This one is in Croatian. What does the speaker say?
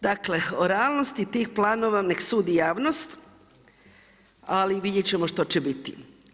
Dakle, o realnosti tih planova nek sudi javnost, ali vidjeti ćemo što će biti.